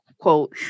quote